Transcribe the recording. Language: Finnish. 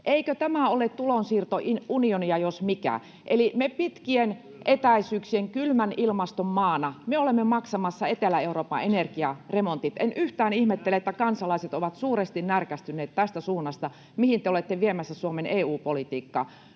Eikö tämä ole tulonsiirtounionia jos mikä? Eli me pitkien etäisyyksien ja kylmän ilmaston maana olemme maksamassa Etelä-Euroopan energiaremontit. En yhtään ihmettele, että kansalaiset ovat suuresti närkästyneet tästä suunnasta, mihin te olette viemässä Suomen EU-politiikkaa.